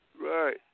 Right